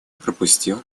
пропустил